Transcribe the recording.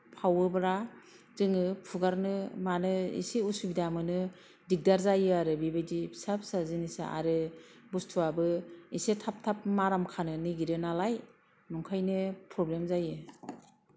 जोङो फुगारनो मानो एसे असुबिदा मोनो दिगदार जायो आरो बेबायदि फिसा फिसा जिनिसा आरो बुस्थुआबो एसे थाब थाब माराम खानो नागिरो नालाय ओंखायनो प्रब्लेम जायो